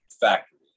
factory